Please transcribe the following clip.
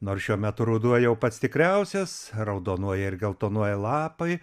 nors šiuo metu ruduo jau pats tikriausias raudonuoja ir geltonuoja lapai